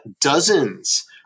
dozens